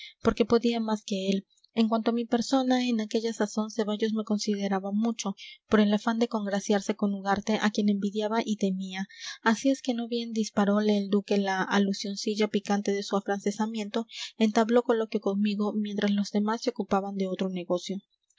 porque podía más que él en cuanto a mi persona en aquella sazón ceballos me consideraba mucho por el afán de congraciarse con ugarte a quien envidiaba y temía así es que no bien disparole el duque la alusioncilla picante de su afrancesamiento entabló coloquio conmigo mientras los demás se ocupaban de otro negocio